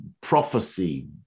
prophecy